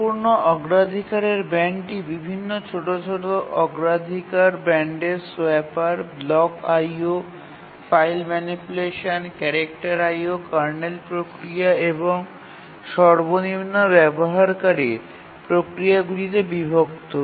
সম্পূর্ণ অগ্রাধিকারের ব্যান্ডটি বিভিন্ন ছোট ছোট অগ্রাধিকার ব্যান্ডের swapper block IO file manipulation character IO kernel প্রক্রিয়া এবং সর্বনিম্ন ব্যবহারকারীর প্রক্রিয়াগুলিতে বিভক্ত